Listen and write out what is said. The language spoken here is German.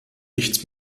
nichts